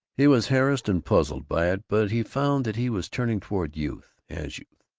he was harassed and puzzled by it, but he found that he was turning toward youth, as youth.